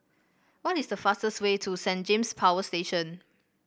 what is the fastest way to Saint James Power Station